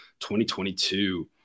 2022